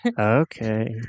Okay